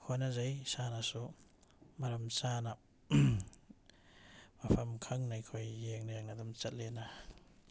ꯍꯣꯠꯅꯖꯩ ꯏꯁꯥꯅꯁꯨ ꯃꯔꯝ ꯆꯥꯅ ꯃꯐꯝ ꯈꯪꯅ ꯑꯩꯈꯣꯏ ꯌꯦꯡꯅ ꯌꯦꯡꯅ ꯑꯗꯨꯝ ꯆꯠꯂꯦꯅ